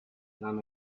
nahm